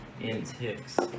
antics